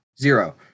zero